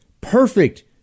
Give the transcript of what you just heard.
perfect